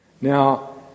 Now